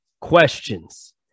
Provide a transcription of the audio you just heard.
questions